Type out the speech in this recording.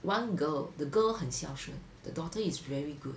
one girl the girl 很孝顺 the daughter is very good